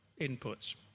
inputs